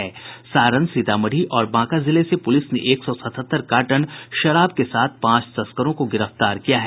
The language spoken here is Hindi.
सारण सीतामढ़ी और बांका जिले से पुलिस ने एक सौ सतहत्तर कार्टन शराब के साथ पांच लोगों को गिरफ्तार किया है